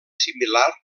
similar